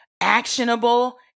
actionable